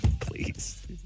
Please